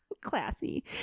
classy